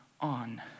on